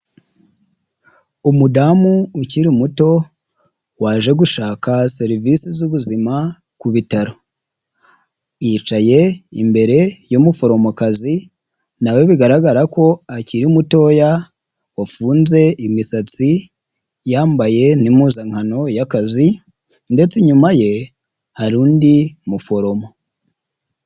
Umudamu ukiri muto waje gushaka serivisi z'ubuzima ku bitaro, yicaye imbere y'umuforomokazi nawe bigaragara ko akiri mutoya wafunze imisatsi, yambaye n'impuzankano y'akazi ndetse inyuma ye hari undi muforomo.